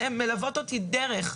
שהן מלוות אותי דרך,